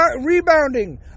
rebounding